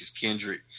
Kendrick